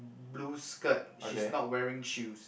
blue skirt she's not wearing shoes